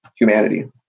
humanity